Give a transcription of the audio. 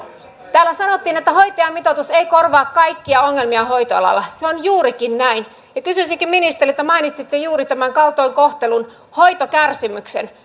täällä sanottiin että hoitajamitoitus ei korvaa kaikkia ongelmia hoitoalalla se on juurikin näin kysyisinkin ministeriltä kun mainitsitte juuri tämän kaltoinkohtelun hoitokärsimyksen